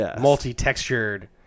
multi-textured